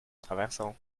traversant